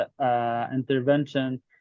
intervention